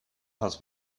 has